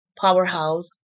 powerhouse